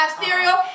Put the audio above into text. cereal